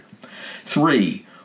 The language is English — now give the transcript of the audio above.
Three